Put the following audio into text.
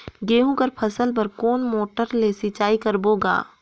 गहूं कर फसल बर कोन मोटर ले सिंचाई करबो गा?